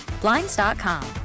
Blinds.com